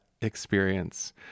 experience